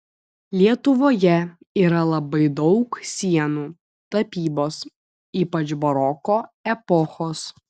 lietuvoje yra labai daug sienų tapybos ypač baroko epochos